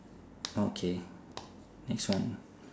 okay next one